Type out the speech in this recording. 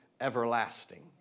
everlasting